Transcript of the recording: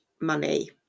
money